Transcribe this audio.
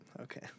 Okay